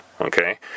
okay